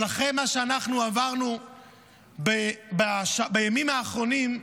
אבל אחרי מה שאנחנו עברנו בימים האחרונים,